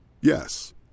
Yes